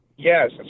Yes